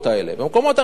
במקומות הרחוקים,